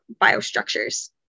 biostructures